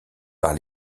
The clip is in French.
par